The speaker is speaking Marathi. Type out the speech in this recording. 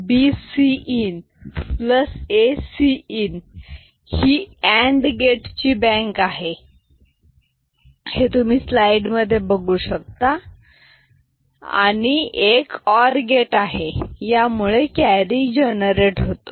AB BCin ACin ही अँड गेट ची बँक आहे आणि एक और गेट आहे या मुळे कॅरी जनरेट होतो